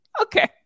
okay